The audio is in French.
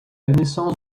naissance